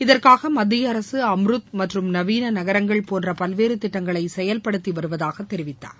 இதற்காக மத்திய அரசு அம்ரூத் மற்றும் நவீன நகரங்கள் போன்ற பல்வேறு திட்டங்களை செயல்படுத்தி வருவதாக தெரிவித்தார்